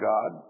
God